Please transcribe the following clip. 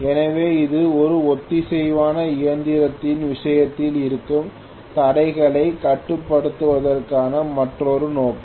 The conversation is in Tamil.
எனவே இது ஒரு ஒத்திசைவான இயந்திரத்தின் விஷயத்தில் இருக்கும் தடைகளை கட்டுப்படுத்துவதற்கான மற்றொரு நோக்கம்